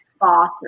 boss